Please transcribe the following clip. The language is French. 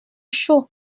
chaud